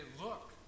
Look